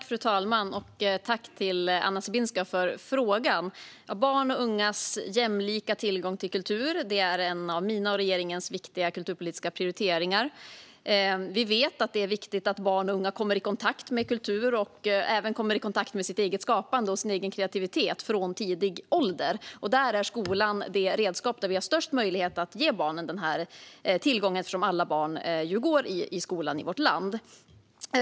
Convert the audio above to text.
Fru talman! Tack, Anna Sibinska, för frågan! Barns och ungas jämlika tillgång till kultur är en av mina och regeringens viktiga kulturpolitiska prioriteringar. Vi vet att det är viktigt att barn och unga kommer i kontakt med kultur och även kommer i kontakt med sitt eget skapande och sin egen kreativitet från tidig ålder. Där är skolan det redskap där vi har störst möjlighet att ge barnen den tillgången, eftersom alla barn i vårt land går i skolan.